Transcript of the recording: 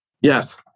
Yes